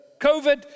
COVID